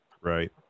Right